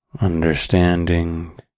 understanding